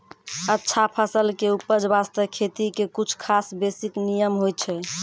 अच्छा फसल के उपज बास्तं खेती के कुछ खास बेसिक नियम होय छै